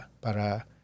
Para